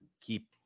keep